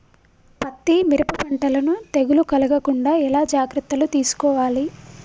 పత్తి మిరప పంటలను తెగులు కలగకుండా ఎలా జాగ్రత్తలు తీసుకోవాలి?